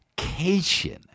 vacation